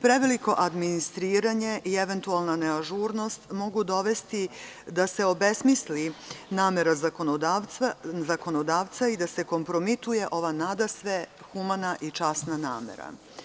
Preveliko administriranje i eventualna neažurnost mogu dovesti da se obesmisli namera zakonodavca i da se kompromituje ova nadasve humana i časna namera.